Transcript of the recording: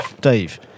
Dave